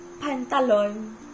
pantalon